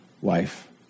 wife